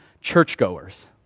churchgoers